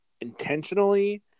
intentionally